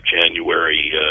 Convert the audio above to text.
January